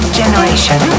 generation